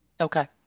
Okay